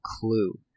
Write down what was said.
clue